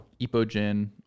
Epogen